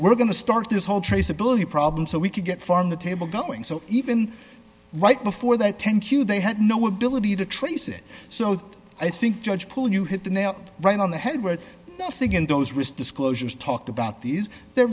we're going to start this whole traceability problem so we could get farm to table going so even right before that ten q they had no ability to trace it so i think judge paul you hit the nail right on the head with nothing in those wrist disclosures talked about these they're